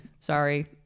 Sorry